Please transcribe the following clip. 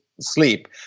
sleep